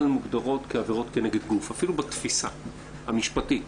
מוגדרות כעבירות כנגד גוף אפילו בתפיסה המשפטית.